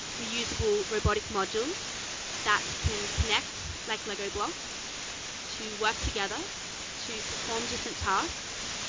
reusable robotic modules that can connect like lego blocks to work together to perform different tasks,